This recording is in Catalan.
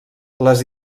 les